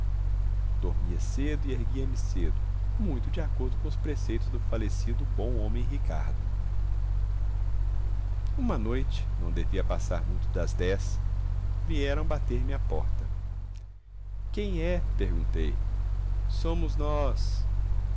dormia cedo e erguia-me cedo muito de acordo com os preceitos do falecido bom homem ricardo uma noite não devia passar muito das dez vieram bater-me à porta quem é perguntei somos nós